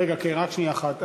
רגע, רק שנייה אחת.